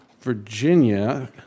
Virginia